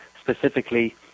specifically